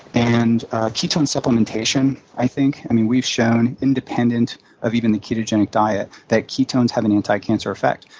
and ketone supplementation, i think i mean, we've shown, independent of even the ketogenic diet that ketones have an anti-cancer effect.